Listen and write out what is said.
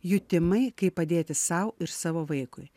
jutimai kaip padėti sau ir savo vaikui